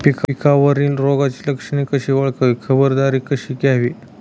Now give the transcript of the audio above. पिकावरील रोगाची लक्षणे कशी ओळखावी, खबरदारी कशी घ्यावी?